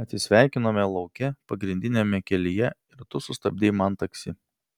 atsisveikinome lauke pagrindiniame kelyje ir tu sustabdei man taksi